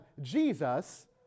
Jesus